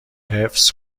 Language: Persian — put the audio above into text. حفظ